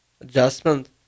adjustment